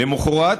למוחרת,